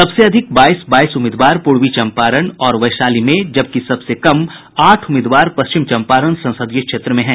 सबसे अधिक बाईस बाईस उम्मीदवार पूर्वी चम्पारण और वैशाली में जबकि सबसे कम आठ उम्मीदवार पश्चिम चम्पारण संसदीय क्षेत्र में हैं